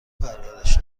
پرورش